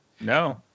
no